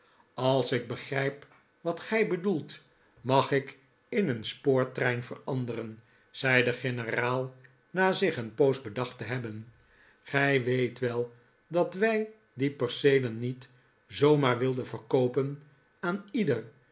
als ik begrijp wat gij bedoelt mag ik in een spoortrein veranderen zei de generaal na zich een poos bedacht te hebben gij weet wel dat wij die perceelen niet zoo maar wilden verkoopen aan ieder